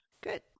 Good